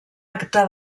acta